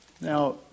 Now